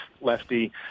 lefty